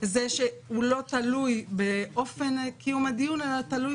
זה לא תלוי באופן קיום הדיון אלא תלוי